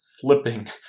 flipping